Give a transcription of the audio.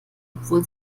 obwohl